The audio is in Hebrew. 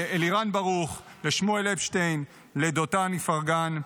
לאלירן ברוך, לשמואל אפשטיין, לדותן אפרגן.